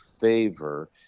favor